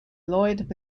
lloyd